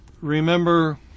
Remember